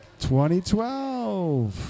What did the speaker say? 2012